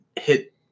hit